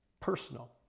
personal